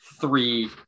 three